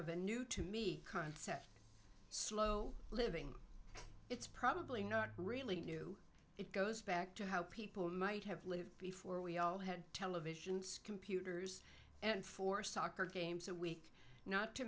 of the new to me concept slow living it's probably not really new it goes back to how people might have lived before we all had televisions computers and four soccer games that week not to